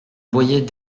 boyer